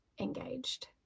engaged